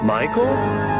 Michael